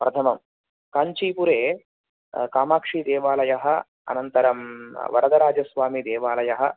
प्रथमं काञ्चीपुरे कामाक्षीदेवालयः अनन्तरं वरदराजस्वामिदेवालयः